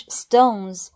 stones